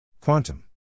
Quantum